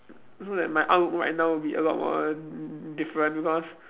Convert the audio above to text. so that my outlook right now would be a lot more different because